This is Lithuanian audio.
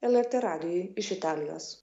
lrt radijui iš italijos